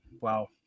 Wow